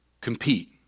compete